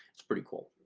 it's pretty cool.